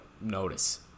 notice